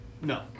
No